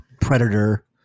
Predator